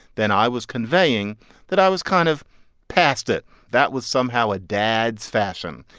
then i was conveying that i was kind of past it. that was somehow a dad's fashion,